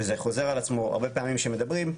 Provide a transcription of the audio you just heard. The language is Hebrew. וזה חוזר על עצמו הרבה פעמים כשמדברים,